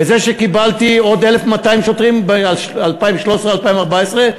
וזה שקיבלתי עוד 1,200 שוטרים ב-2013 2014,